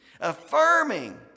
Affirming